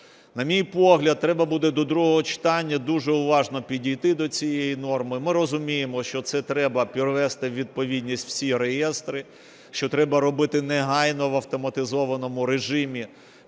На мій погляд, треба буде до другого читання дуже уважно підійти до цієї норми. Ми розуміємо, що це треба привести у відповідність всі реєстри, що треба робити негайно в автоматизованому режимі